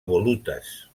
volutes